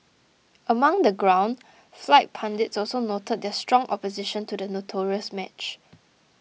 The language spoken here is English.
among the ground fight pundits also noted their strong opposition to the notorious match